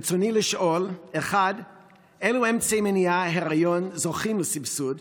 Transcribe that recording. ברצוני לשאול: 1. אילו אמצעי מניעת היריון זוכים לסבסוד?